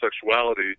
sexuality